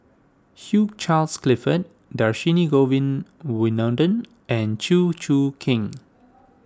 Hugh Charles Clifford Dhershini Govin Winodan and Chew Choo Keng